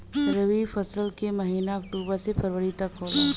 रवी फसल क महिना अक्टूबर से फरवरी तक होला